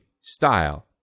style